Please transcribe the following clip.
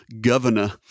governor